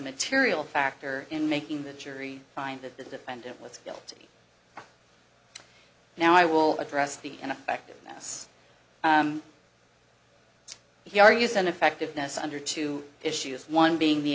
material factor in making the jury find that the defendant was guilty now i will address the ineffectiveness he argues and effectiveness under two issues one being the